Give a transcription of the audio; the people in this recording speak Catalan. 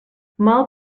mal